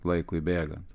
laikui bėgant